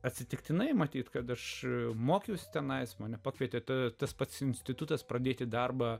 atsitiktinai matyt kad aš mokiausi tenai su mane pakvietė tave tas pats institutas pradėti darbą